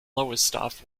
lowestoft